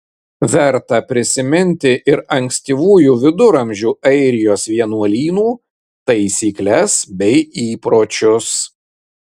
verta prisiminti ir ankstyvųjų viduramžių airijos vienuolynų taisykles bei įpročius